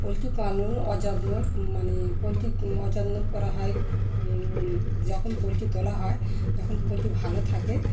poultry পালন অযত্নর মানে পোলট্রি অযত্ন করা হয় যখন পোলট্রি তোলা হয় যখন পোলট্রি ভালো থাকে